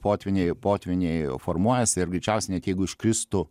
potvyniai potvyniai formuojasi ir greičiausiai net jeigu iškristų